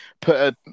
put